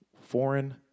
foreign